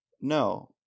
no